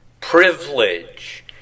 privilege